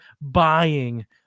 buying